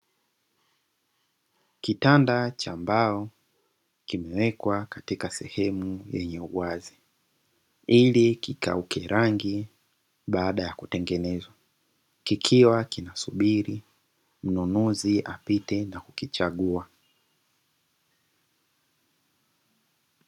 Kitanda cha mbao kimewekwa katika sehemu yenye uwazi ili kukauke rangi baada ya kutengenezwa, kikiwa kinasubiri mnunuzi apite na kukichagua.